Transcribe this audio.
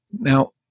Now